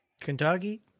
Kentucky